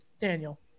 Daniel